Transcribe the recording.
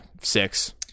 six